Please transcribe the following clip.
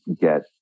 get